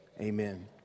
Amen